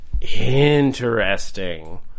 interesting